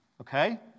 Okay